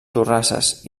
torrasses